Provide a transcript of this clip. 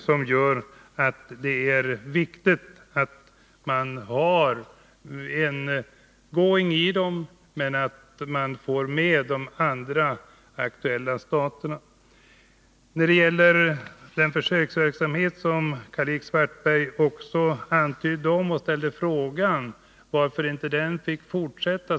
Det är naturligtvis viktigt att det finns go i detta arbete, men det gäller också att få med de andra berörda staterna. Karl-Erik Svartberg ställde vidare frågan varför inte försöksverksamheten på partikelmärkningsområdet fick fortsätta.